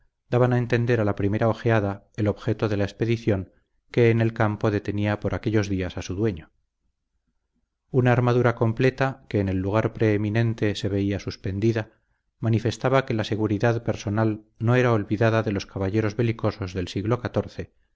rincones daban a entender a la primera ojeada el objeto de la expedición que en el campo detenía por aquellos días a su dueño una armadura completa que en el lugar preeminente se veía suspendida manifestaba que la seguridad personal no era olvidada de los caballeros belicosos del siglo